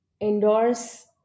endorse